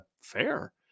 Fair